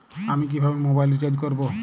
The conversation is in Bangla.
আমি কিভাবে মোবাইল রিচার্জ করব?